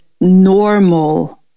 normal